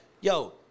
yo